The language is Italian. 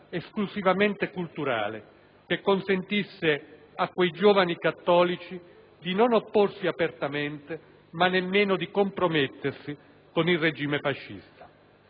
esclusivamente culturale che consentisse a quei giovani cattolici di non opporsi apertamente ma nemmeno di compromettersi con il regime fascista.